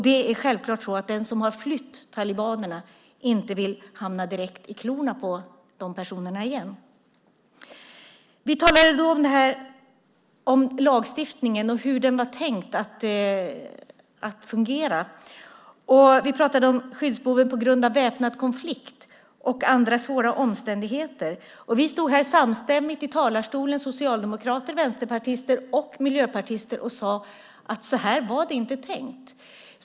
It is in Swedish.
Den som har flytt talibanerna vill självklart inte hamna direkt i klorna på de personerna igen. Vi talade om lagstiftningen och hur den var tänkt att fungera. Vi pratade om skyddsbehovet på grund av väpnad konflikt och andra svåra omständigheter. Vi stod här samstämmigt i talarstolen, socialdemokrater, vänsterpartister och miljöpartister, och sade att så här var det inte tänkt.